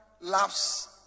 loves